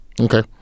Okay